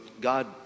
God